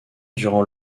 durant